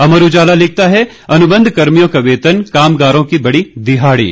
अमर उजाला लिखता है अनुबंध कर्मियों का वेतन कामगारों की बढ़ी दिहाड़ी